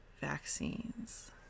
vaccines